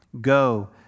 Go